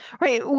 Right